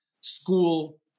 school